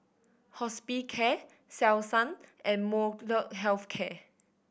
Hospicare Selsun and Molnylcke Health Care